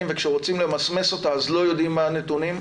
וכשרוצים למסמס אותה אז לא יודעים מה הנתונים.